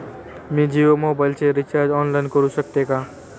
मी जियो मोबाइलचे recharge online करू शकते का?